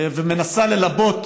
ומנסה ללבות